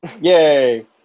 Yay